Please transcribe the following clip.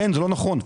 אין, זה לא נכון.